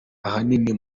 ahanini